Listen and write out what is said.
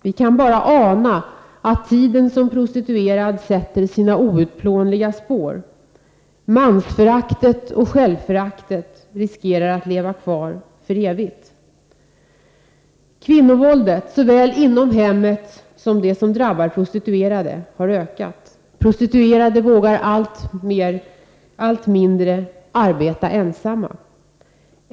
Vi kan bara ana att tiden som prostituerad sätter sina outplånliga spår. Mansföraktet och självföraktet riskerar att leva kvar för evigt. Kvinnovåldet, såväl våldet inom hemmet som det som drabbar prostituerade, har ökat. Prostituerade vågar allt mindre arbeta ensamma.